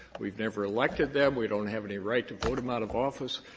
we've never elected them we don't have any right to vote them out of office.